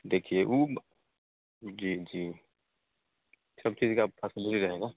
देखिए उब जी जी सब चीज़ का फसलेटी रहेगा